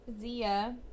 Zia